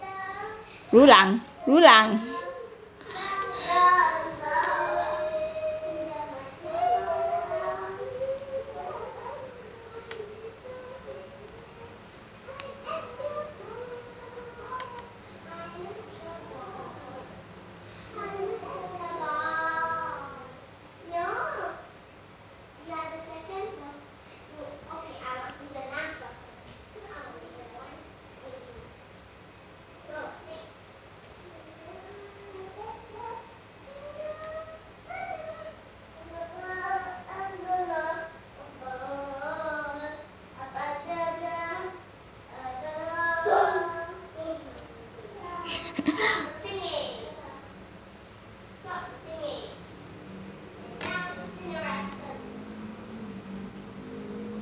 lu lang lu lang